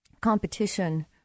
competition